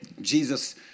Jesus